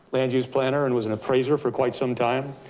land use planner and was an appraiser for quite some time.